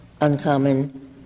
uncommon